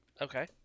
Okay